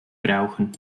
brauchen